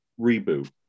reboot